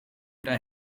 der